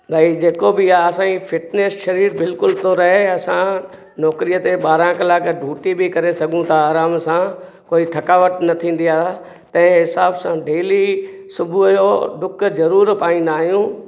भई जेको बि आहे असांजी फिटनेस शरीरु बिल्कुल थो रहे असां नौकरीअ ते बारहं कलाक डूटी बि करे सघूं था आराम सां कोई थकावट न थींदी आहे तंहिं हिसाब सां डेली सुबुह जो डुक ज़रूरु पाईंदा आहियूं